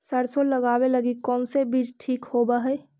सरसों लगावे लगी कौन से बीज ठीक होव हई?